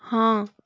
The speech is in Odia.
ହଁ